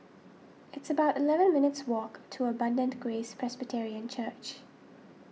it's about eleven minutes' walk to Abundant Grace Presbyterian Church